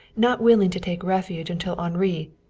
not willing to take refuge until henri,